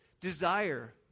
desire